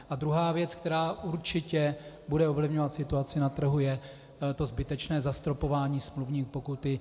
A druhá věc, která určitě bude ovlivňovat situaci na trhu, je zbytečné zastropování smluvní pokuty.